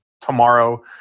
tomorrow